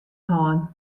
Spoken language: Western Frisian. hân